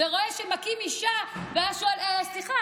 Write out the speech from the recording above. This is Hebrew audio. רואה שמכים אישה ושואל: סליחה,